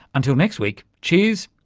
until next week, cheers,